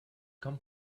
come